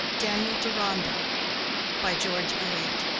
daniel deronda by george eliot